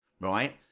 right